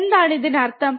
എന്താണ് ഇതിനർത്ഥം